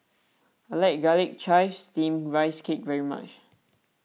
I like Garlic Chives Steamed Rice Cake very much